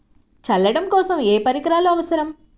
చల్లడం కోసం ఏ పరికరాలు అవసరం?